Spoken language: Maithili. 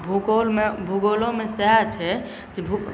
भूगोलमे भूगोलोमे सएह छै